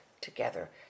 together